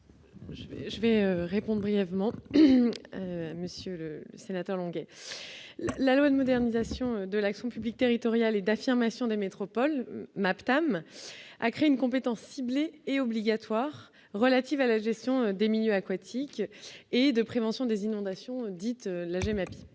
Je vais répondent brièvement, monsieur le sénateur Longuet : la loi de modernisation de l'action publique territoriale et d'affirmation des métropoles Matam a crée une compétence ciblée et obligatoires relatives à la gestion des milieux aquatiques et de prévention des inondations dites la